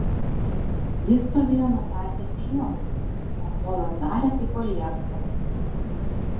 jis stovėjo nutaikęs į juos o polas darė kaip palieptas